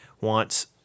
wants